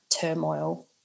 turmoil